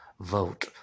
vote